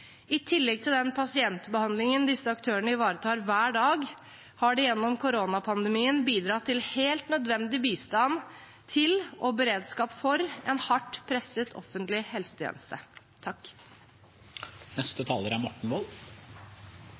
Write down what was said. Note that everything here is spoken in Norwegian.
I tillegg til den pasientbehandlingen disse aktørene ivaretar hver dag, har de gjennom koronapandemien bidratt til helt nødvendig bistand til og beredskap for en hardt presset offentlig helsetjeneste. Det er